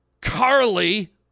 Carly